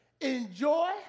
enjoy